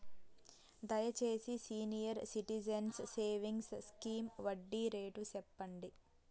దయచేసి senior citizens savings scheme వడ్డీ rate సెప్పండి